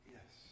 Yes